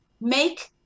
make